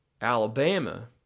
Alabama